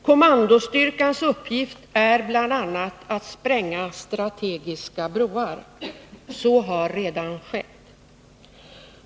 Kommandostyrkans uppgift är bl.a. att spränga strategiska broar. Så har redan skett.